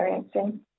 experiencing